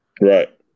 Right